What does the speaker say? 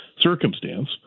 circumstance